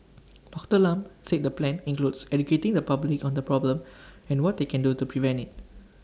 Doctor Lam said the plan includes educating the public on the problem and what they can do to prevent IT